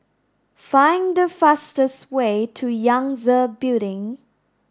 find the fastest way to Yangtze Building